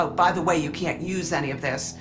so by the way, you can't use any of this,